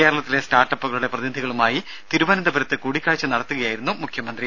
കേരളത്തിലെ സ്റ്റാർട്ട് അപ്പുകളുടെ പ്രതിനിധികളുമായി തിരുവനന്തപുരത്ത് കൂടിക്കാഴ്ച നടത്തുകയായിരുന്നു അദ്ദേഹം